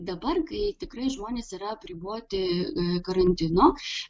dabar kai tikrai žmonės yra apriboti karantino